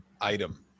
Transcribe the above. item